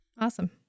Awesome